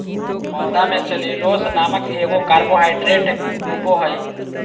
पौधा में सेल्यूलोस नामक एगो कार्बोहाइड्रेट होबो हइ